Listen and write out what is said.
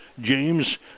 James